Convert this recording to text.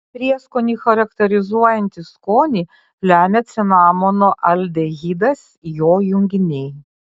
prieskonį charakterizuojantį skonį lemia cinamono aldehidas jo junginiai